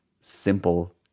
simple